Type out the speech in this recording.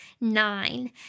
nine